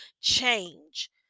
change